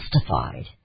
justified